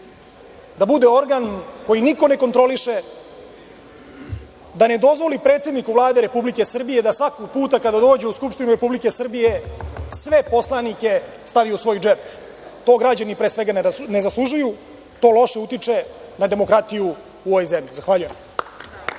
da bude organ koji niko ne kontroliše, da ne dozvoli predsedniku Vlade Republike Srbije da svaki put kada dođe u Skupštinu Republike Srbije sve poslanike stavi u svoj džep. To građani, pre svega, ne zaslužuju. To loše utiče na demokratiju u ovoj zemlji. Zahvaljujem.